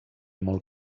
molt